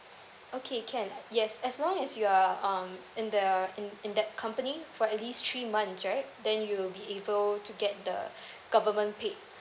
okay can yes as long as you are um in the in in that company for at least three months right then you will be able to get the government paid